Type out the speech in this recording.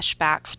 flashbacks